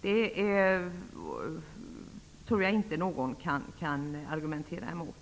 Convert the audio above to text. Det tror jag inte någon kan argumentera emot.